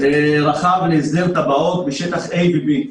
רחב להסדר טבעות בשטחי A ו-B,